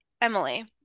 Emily